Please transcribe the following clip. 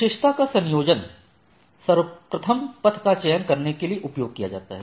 विशेषता का संयोजन सर्वोत्तम पथ का चयन करने के लिए उपयोग किया जाता है